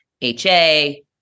HA